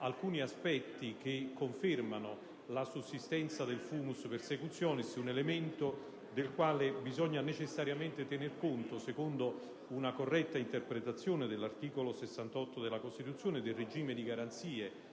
alcuni aspetti che confermano la sussistenza del *fumus persecutionis*, elemento del quale bisogna necessariamente tener conto secondo una corretta interpretazione dell'articolo 68 della Costituzione del regime di garanzie